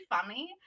funny